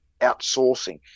outsourcing